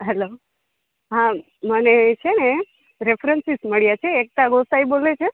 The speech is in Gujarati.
હલ્લો હા મને છે ને રેફ્રન્સિસ મળ્યા છે એકતા ગોસાઈ બોલે છે